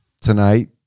Tonight